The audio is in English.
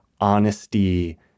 honesty